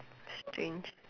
strange